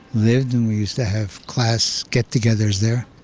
lived and we used to have class get-togethers there.